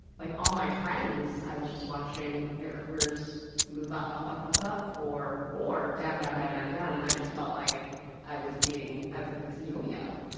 like, all of my friends i was just watching their careers move, up, up, up, up, up. or or down, down, down, down, down. and i just felt like i was being, i was like this yo-yo.